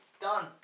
done